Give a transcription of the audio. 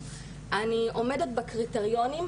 אני עומדת בקריטריונים,